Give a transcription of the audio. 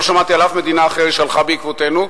לא שמעתי על אף מדינה אחרת שהלכה בעקבותינו.